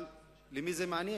אבל את מי זה מעניין?